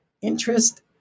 interest